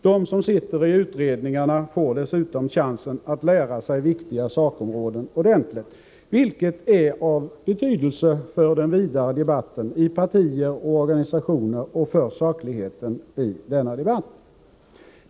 De som sitter i utredningarna får dessutom chansen att lära sig viktiga sakområden ordentligt, vilket är av vikt för den vidare debatten i partier och organisationer och för sakligheten i denna debatt.